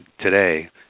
today